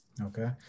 Okay